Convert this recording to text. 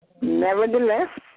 Nevertheless